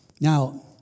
Now